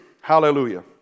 Hallelujah